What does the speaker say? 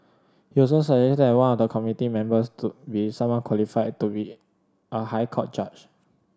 he also suggested that one of the committee members to be someone qualified to be a High Court judge